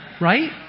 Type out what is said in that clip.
right